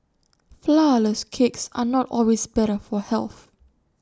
Flourless Cakes are not always better for health